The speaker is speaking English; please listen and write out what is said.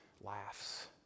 laughs